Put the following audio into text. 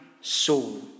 soul